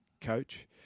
coach